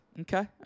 Okay